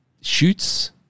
shoots